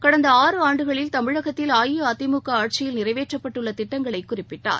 கடந்த ஆறு ஆண்டுகளில் தமிழகத்தில் அஇஅதிமுக ஆட்சியில் நிறைவேற்றப்பட்டுள்ள திட்டங்களை குறிப்பிட்டார்